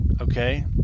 okay